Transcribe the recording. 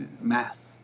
math